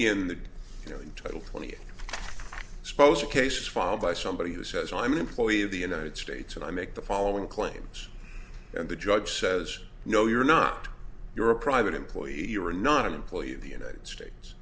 in the title twenty expose a case filed by somebody who says i'm an employee of the united states and i make the following claims and the judge says no you're not you're a private employee you are not an employee of the united states